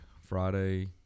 Friday